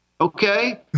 Okay